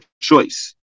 choice